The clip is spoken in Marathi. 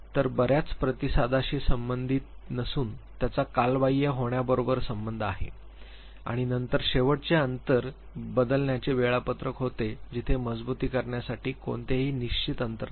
तर बर्याच प्रतिसादाशी संबंधित नसून त्याचा कालबाह्य होण्याबरोबर संबंध आहे आणि नंतर शेवटचे अंतर बदलण्याचे वेळापत्रक होते जिथे मजबुतीकरणासाठी कोणतेही निश्चित अंतर नाही